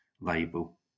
label